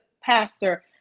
pastor